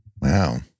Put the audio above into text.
Wow